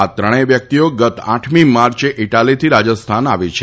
આ ત્રણેય વ્યક્તિઓ ગત આઠમી માર્ચે ઇટાલીથી રાજસ્થાન આવી છે